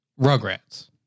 Rugrats